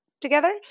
together